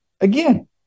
Again